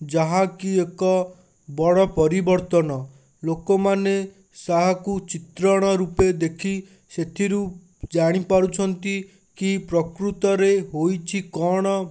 ଯାହାକି ଏକ ବଡ଼ ପରିବର୍ତ୍ତନ ଲୋକମାନେ ତାହାକୁ ଚିତ୍ରଣ ରୂପେ ଦେଖି ସେଥିରୁ ଜାଣି ପାରୁଛନ୍ତି କି ପ୍ରକୃତରେ ହୋଇଛି କ'ଣ